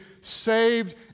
saved